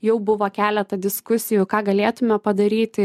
jau buvo keletą diskusijų ką galėtume padaryti